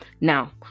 Now